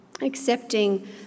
accepting